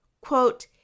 Quote